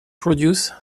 produce